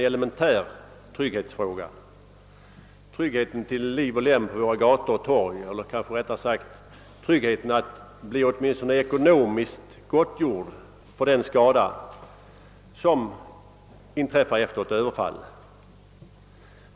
Det gäller tryggheten till liv och lem på våra gator och torg eller tryggheten att bli åtminstone ekonomiskt gottgjord för den skada som in-- träffar efter ett överfall.